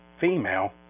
female